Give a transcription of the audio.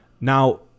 Now